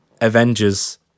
Avengers